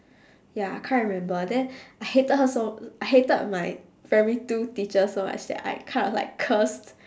ya I can't remember then I hated her so I hated my primary two teacher so much that I kind of like cursed